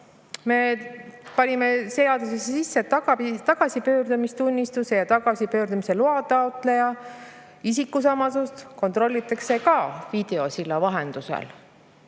me panime seadusesse sisse, et tagasipöördumistunnistuse ja tagasipöördumise loa taotleja isikusamasust kontrollitakse ka videosilla vahendusel.